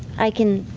i can